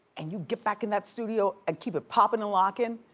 and you get back in that studio and keep it poppin' and lockin',